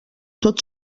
tot